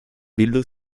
bildu